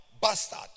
bastard